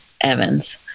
Evans